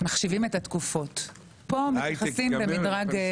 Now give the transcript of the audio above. ופה מתייחסים למידרג.